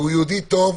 והוא יהודי טוב,